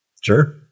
Sure